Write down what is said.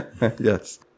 Yes